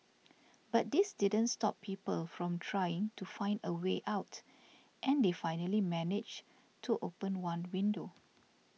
but this didn't stop people from trying to find a way out and they finally managed to open one window